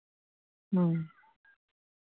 ᱦᱮᱸ